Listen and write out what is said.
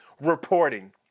reporting